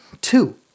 two